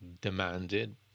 demanded